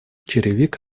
черевик